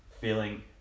feeling